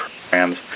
programs